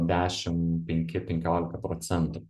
dešim penki penkiolika procentų